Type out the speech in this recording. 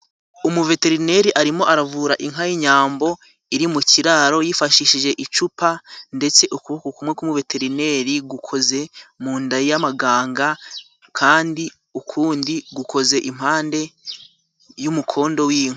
Umuveterineri arimo aravura inka y'inyambo, iri mu kiraro yifashishije icupa ndetse ukuboko kumwe, ku mu veterineri gukoze mu nda y'amaganga kandi ukundi gukoze impande y'umukondo w'inka.